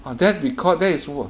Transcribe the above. ah then because that is over